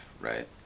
Right